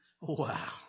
Wow